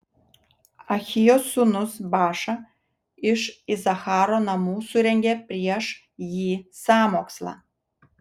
ahijos sūnus baša iš isacharo namų surengė prieš jį sąmokslą